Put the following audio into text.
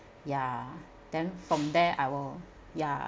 ya then from there I will ya